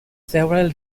several